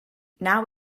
now